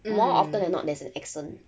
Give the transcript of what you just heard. more often than not there's an accent